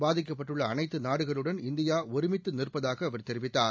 பாதிக்கப்ட்டுள்ள அனைத்து நாடுகளுடன் இந்தியாவும் ஒருமித்து நிற்பதாக அவர் தெரிவித்தார்